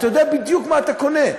אתה יודע בדיוק מה אתה קונה,